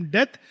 Death